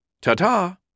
Ta-ta